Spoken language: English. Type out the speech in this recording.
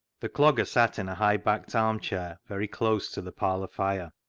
the clogger sat in a high-backed arm chair, very close to the parlour fire.